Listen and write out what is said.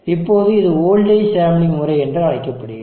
இப்போது இது voltage sampling முறை என்று அழைக்கப்படுகிறது